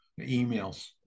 emails